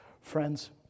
Friends